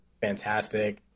fantastic